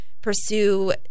pursue